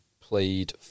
played